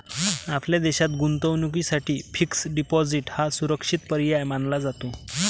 आपल्या देशात गुंतवणुकीसाठी फिक्स्ड डिपॉजिट हा सुरक्षित पर्याय मानला जातो